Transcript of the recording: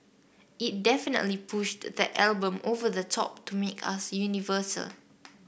it definitely pushed that album over the top to make us universal